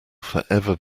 forever